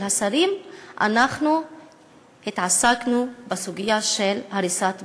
השרים אנחנו התעסקנו בסוגיה של הריסת בתים.